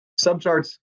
subcharts